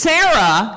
Sarah